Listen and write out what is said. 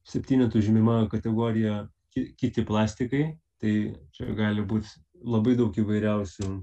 septynetu žymima kategorija ki kiti plastikai tai čia gali būt labai daug įvairiausių